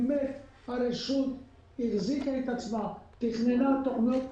שבאמת הרשות החזיקה את עצמה, תכננה תוכניות פיתוח,